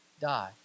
die